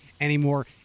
anymore